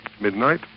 Midnight